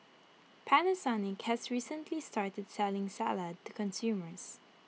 Panasonic has recently started selling salad to consumers